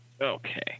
Okay